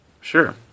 Sure